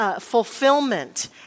Fulfillment